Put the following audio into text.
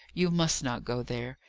you must not go there.